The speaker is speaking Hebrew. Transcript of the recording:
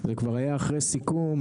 זה היה אחרי סיכום,